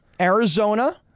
Arizona